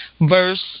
verse